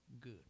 good